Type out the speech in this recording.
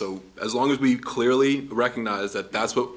so as long as we clearly recognize that that's what